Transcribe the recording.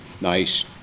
nice